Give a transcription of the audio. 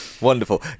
Wonderful